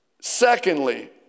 secondly